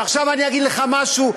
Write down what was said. ועכשיו אני אגיד לך משהו,